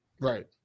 Right